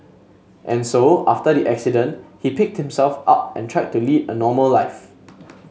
and so after the accident he picked himself up and tried to lead a normal life